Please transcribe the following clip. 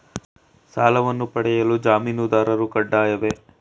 ಸಾಲವನ್ನು ಪಡೆಯಲು ಜಾಮೀನುದಾರರು ಕಡ್ಡಾಯವೇ?